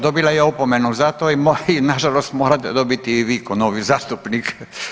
Dobila je opomenu zato i nažalost morate dobiti i vi ko novi zastupnik.